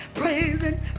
praising